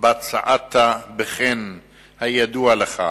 שבה צעדת בחן הידוע שלך,